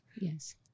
Yes